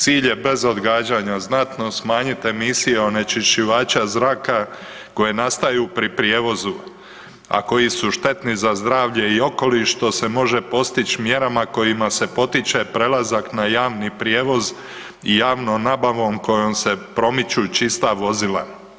Cilj je bez odgađanja znatno smanjit emisije onečišćivača zraka koje nastaju pri prijevozu, a koji su štetni za zdravlje i okoliš što se može postići mjerama kojima se potiče prelazak na javni prijevoz i javnom nabavom kojom se promiču čista vozila.